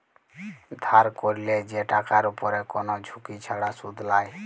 ধার ক্যরলে যে টাকার উপরে কোন ঝুঁকি ছাড়া শুধ লায়